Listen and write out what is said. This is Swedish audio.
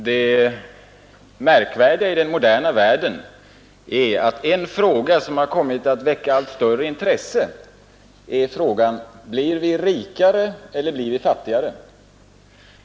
Herr talman! Märkvärdigt i den moderna världen är att en fråga som har kommit att väcka allt större intresse är denna: Blir vi rikare eller blir vi fattigare?